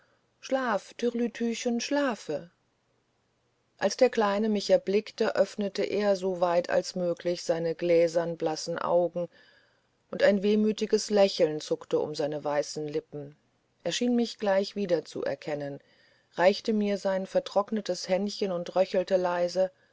schlaf türlütüchen schlafe als der kleine mich erblickte öffnete er so weit als möglich seine gläsern blassen augen und ein wehmütiges lächeln zuckte um seine weißen lippen er schien mich gleich wiederzuerkennen reichte mir sein vertrocknetes händchen und röchelte leise